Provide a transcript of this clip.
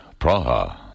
Praha